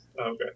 okay